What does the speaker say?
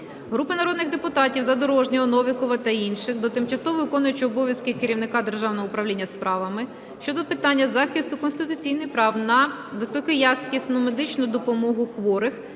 Групи народних депутатів (Задорожного, Новікова та інших) до тимчасово виконуючого обов'язки Керівника Державного управління справами щодо питань захисту конституційних прав на високоякісну медичну допомогу хворих,